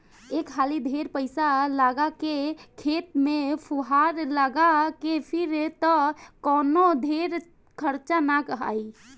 एक हाली ढेर पईसा लगा के खेत में फुहार लगा के फिर त कवनो ढेर खर्चा ना आई